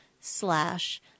Slash